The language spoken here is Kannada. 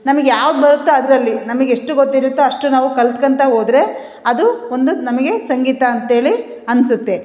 ನಮಗೆ ಯಾವ್ದು ಬರುತ್ತೆ ಅದರಲ್ಲಿ ನಮಗೆ ಎಷ್ಟು ಗೊತ್ತಿರುತ್ತೊ ಅಷ್ಟು ನಾವು ಕಲಿತ್ಕೋತ ಹೋದ್ರೇ ಅದೂ ಒಂದು ನಮಗೇ ಸಂಗೀತ ಅಂತೇಳಿ ಅನಿಸುತ್ತೆ